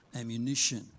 ammunition